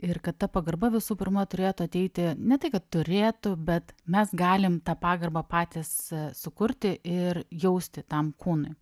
ir kad ta pagarba visų pirma turėtų ateiti ne tai kad turėtų bet mes galim tą pagarbą patys sukurti ir jausti tam kūnui